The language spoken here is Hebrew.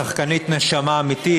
שחקנית נשמה אמיתית,